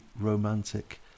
romantic